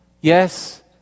Yes